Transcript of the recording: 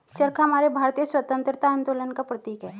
चरखा हमारे भारतीय स्वतंत्रता आंदोलन का प्रतीक है